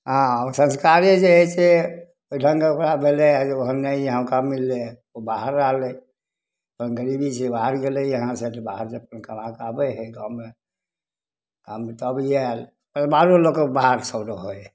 हँ ओ संस्कारे जे हइ से ओहि ढंगके ओकरा भेलै आ जे हम नहि हँ मौका मिललै ओ बाहर रहलै गरीबी से बाहर गेलैया यहाँ तकले जे बाहर से जब कमाकऽ आबै हइ गाँवमे गाम सब आयल बाहरो लोको बाहर छोरो रहै हइ